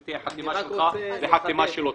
ותהיה חתימה שלך וחתימה שלו.